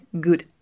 good